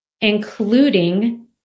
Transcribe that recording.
including